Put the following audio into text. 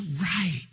right